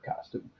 costume